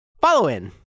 Follow-in